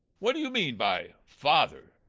what do you mean by father?